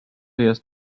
jest